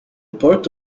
port